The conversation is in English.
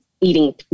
eating